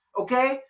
Okay